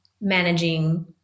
Managing